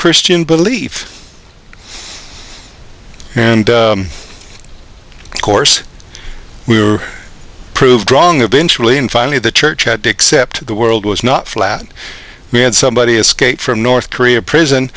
christian belief and of course we were proved wrong eventually and finally the church had to accept the world was not flat we had somebody escape from north korea prison